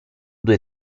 due